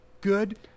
good